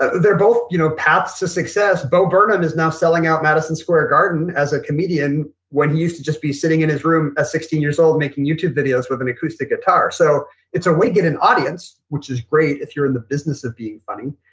they're both you know paths to success. bo burnham is now selling out madison square garden as a comedian when he used to just be sitting in his room at sixteen years old making youtube videos with an acoustic guitar. so it's a way to get an audience, which is great if you're in the business of being funny.